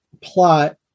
plot